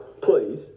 please